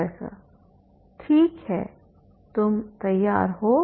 professor ठीक है तो तुम तैयार हो